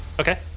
Okay